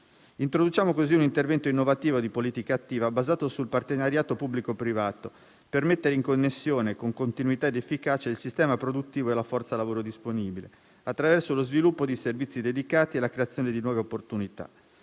Introduciamo così un intervento innovativo di politica attiva basato sul partenariato pubblico-privato per mettere in connessione con continuità ed efficacia il sistema produttivo e la forza lavoro disponibile, attraverso lo sviluppo di servizi dedicati alla creazione di nuove opportunità.